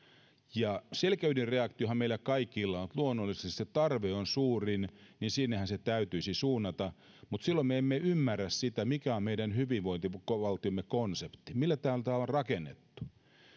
selkäydinreaktiohan meillä kaikilla on että luonnollisesti se tarve on suurin niin sinnehän se täytyisi suunnata mutta silloin me emme ymmärrä sitä mikä on meidän hyvinvointivaltiomme konsepti millä tavalla tämä on rakennettu